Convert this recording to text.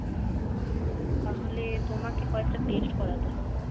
ও তাহলে তোমাকে কয়েকটা টেস্ট করাতে হবে